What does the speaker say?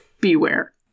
beware